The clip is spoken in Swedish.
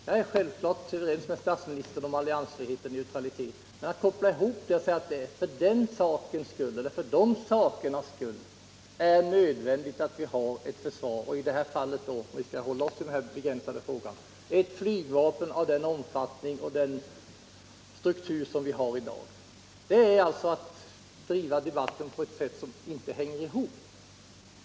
Jag är självfallet överens med försvarsministern om alliansfrihet och neutralitet, men att påstå att det för de sakernas skull är nödvändigt att vi har ett försvar — i det här fallet, om vi skall hålla oss till den begränsade frågan, ett flygvapen —- av den omfattning och den struktur vi har i dag, är att driva debatten på ett sätt som inte hänger ihop.